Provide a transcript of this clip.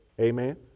Amen